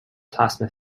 plasma